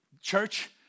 church